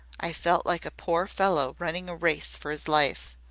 i felt like a poor fellow running a race for his life.